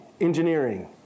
engineering